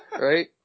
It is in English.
Right